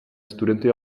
studenty